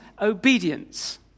obedience